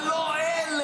אבל לא אלה,